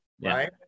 right